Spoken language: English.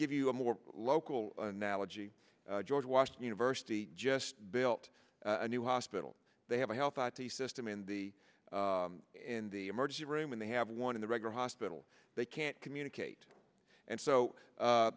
give you a more local analogy george washington university just built a new hospital they have a health system in the in the emergency room and they have one in the regular hospital they can't communicate and so